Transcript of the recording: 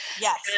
yes